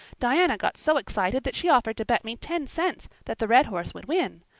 diana got so excited that she offered to bet me ten cents that the red horse would win.